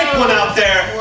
one out there.